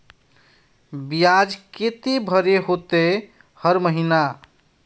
बियाज केते भरे होते हर महीना?